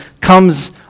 comes